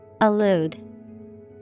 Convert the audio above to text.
Allude